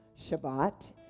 Shabbat